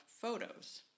photos